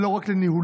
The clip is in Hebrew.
ולא רק לניהולם,